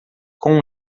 com